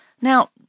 Now